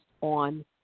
on